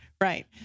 Right